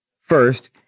first